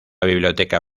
biblioteca